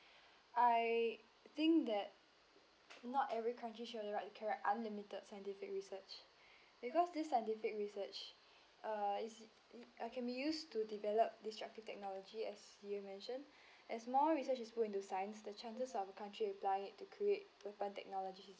I think that not every country should have the right to carry out unlimited scientific research because this scientific research uh is it can be used to develop disruptive technology as you've mentioned as more research is put into science the chances of a country apply it to create weapon technology